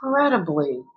incredibly